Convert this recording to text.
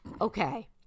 Okay